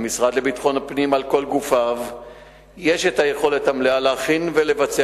למשרד לביטחון הפנים על כל גופיו יש יכולת מלאה להכין ולבצע